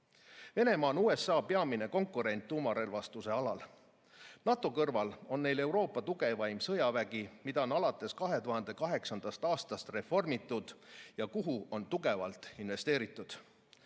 jõud. Venemaa on USA peamine konkurent tuumarelvastuse alal. NATO kõrval on neil Euroopa tugevaim sõjavägi, mida on alates 2008. aastast reformitud ja kuhu on tugevalt investeeritud.